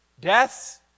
deaths